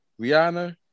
Rihanna